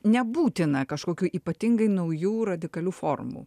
nebūtina kažkokių ypatingai naujų radikalių formų